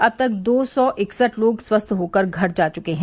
अब तक दो सौ इकसठ लोग स्वस्थ होकर घर जा चुके हैं